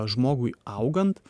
žmogui augant